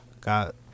Got